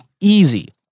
easy